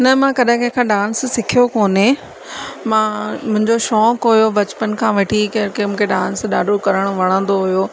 न मां कॾहिं कंहिं खां डांस सिखियो कोने मां मुंहिंजो शौक़ु हुयो बचपन खां वठी कंहिं कंहिं मूंखे डांस करणु ॾाढो वणंदो हुओ